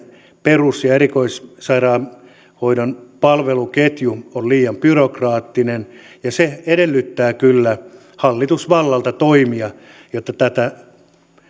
perus ja ja erikoissairaanhoidon palveluketju on liian byrokraattinen ja se edellyttää kyllä hallitusvallalta toimia jotta tämä